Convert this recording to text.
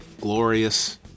glorious